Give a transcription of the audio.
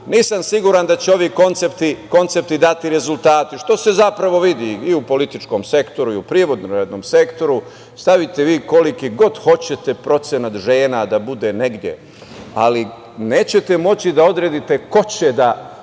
nisam siguran da će ovi koncepti dati rezultate, što se zapravo vidi i u političkom sektoru, u privrednom sektoru. Stavite vi koliki god hoćete procenat žena da bude negde, ali nećete moći da odredite ko će da